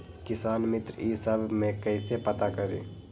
किसान मित्र ई सब मे कईसे पता करी?